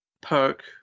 perk